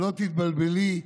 שלא תתבלבלי,